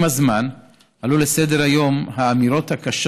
עם הזמן עלו לסדר-היום האמירות הקשות